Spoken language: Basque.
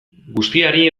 guztiari